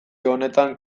honetan